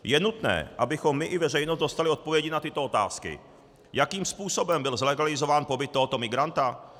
Je nutné, abychom my i veřejnost dostali odpovědi na tyto otázky: Jakým způsobem byl zlegalizován pobyt tohoto migranta?